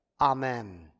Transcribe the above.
Amen